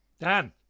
Dan